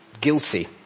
guilty